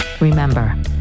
Remember